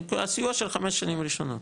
הסיוע של חמש שנים ראשונות.